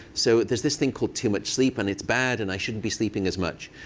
so there's this thing called too much sleep, and it's bad, and i shouldn't be sleeping as much.